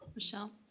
michelle